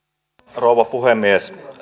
rouva puhemies